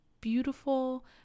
beautiful